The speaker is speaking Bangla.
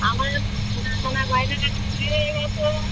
আমার সোনাদানার গয়নাগাটি চুরি হয়ে গেছে